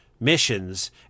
missions